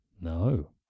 no